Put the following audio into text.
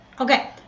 okay